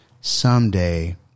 Someday